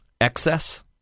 excess